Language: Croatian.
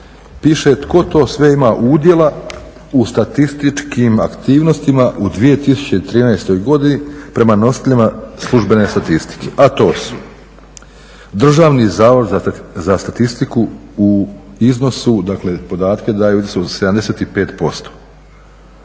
piše tko to sve ima udjela u statističkim aktivnostima u 2013.godini prema nositeljima službene statistike. A to su DSZ u iznosu, dakle podatke daju u